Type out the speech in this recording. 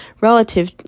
relative